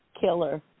killer